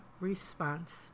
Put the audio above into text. response